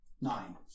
nine